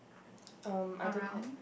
um I don't have